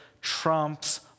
trumps